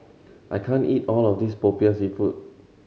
I can't eat all of this Popiah Seafood